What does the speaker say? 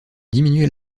diminuer